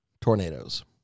tornadoes